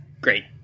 Great